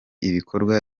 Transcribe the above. ibikorwa